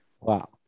Wow